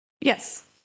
Yes